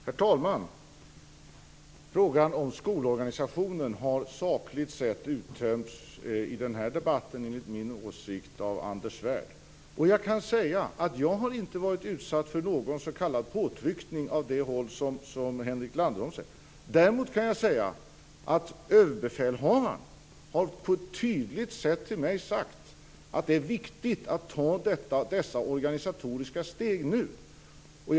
Herr talman! Frågan om skolorganisationen har sakligt sett uttömts i den här debatten av Anders Svärd, enligt min åsikt. Jag har inte varit utsatt för någon så kallad påtryckning av det slag som Henrik Landerholm pratar om. Däremot har överbefälhavaren på ett tydligt sätt sagt till mig att det är viktigt att ta de organisatoriska stegen nu.